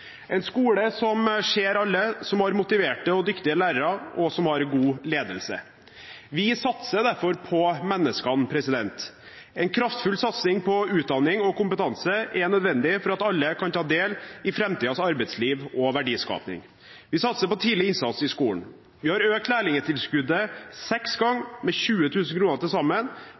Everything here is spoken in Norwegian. en skole som ser alle, som har motiverte og dyktige lærere, og som har god ledelse. Vi satser derfor på menneskene. En kraftfull satsing på utdanning og kompetanse er nødvendig for at alle kan ta del i framtidens arbeidsliv og verdiskaping. Vi satser på tidlig innsats i skolen, vi har økt lærlingtilskuddet seks ganger med 20 000 kr til sammen,